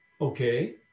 Okay